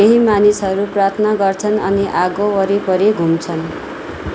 केही मानिसहरू प्रार्थना गर्छन् अनि आगो वरिपरि घुम्छन्